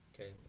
Okay